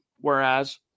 Whereas